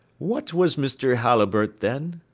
what was mr. halliburtt, then?